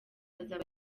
azaba